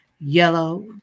Yellow